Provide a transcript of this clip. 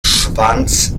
schwanz